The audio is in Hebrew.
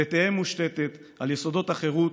תהא מושתתה על יסודות החירות,